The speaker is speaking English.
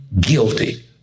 Guilty